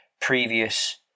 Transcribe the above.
previous